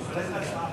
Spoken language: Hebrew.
לחסוך זמן.